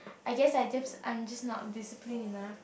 I guess I just I'm just not discipline enough